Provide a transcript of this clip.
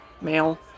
male